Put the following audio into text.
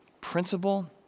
principle